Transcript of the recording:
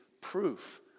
proof